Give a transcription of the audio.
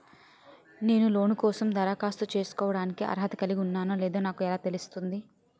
నేను లోన్ కోసం దరఖాస్తు చేసుకోవడానికి అర్హత కలిగి ఉన్నానో లేదో నాకు ఎలా తెలుస్తుంది?